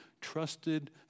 trusted